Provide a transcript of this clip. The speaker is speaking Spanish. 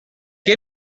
que